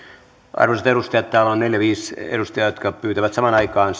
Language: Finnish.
arvoisat edustajat täällä on neljä viiva viisi edustajaa jotka pyytävät vastauspuheenvuoroja samaan aikaan